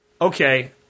Okay